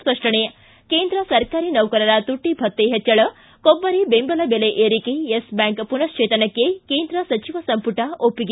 ಿ ಕೇಂದ್ರ ಸರ್ಕಾರಿ ನೌಕರರ ತುಟ್ಟಿದ್ಯತೆ ಹೆಚ್ಚಳ ಕೊಬ್ಬರಿ ಬೆಂಬಲ ಬೆಲೆ ಏರಿಕೆ ಯೆಸ್ಬ್ಯಾಂಕ್ ಪುನಶ್ಚೇತನಕ್ಕೆ ಕೇಂದ್ರ ಸಚಿವ ಸಂಪುಟ ಒಪ್ಪಿಗೆ